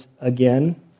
again